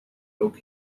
oak